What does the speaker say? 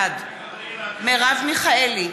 בעד מרב מיכאלי,